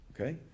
okay